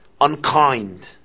unkind